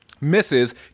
Misses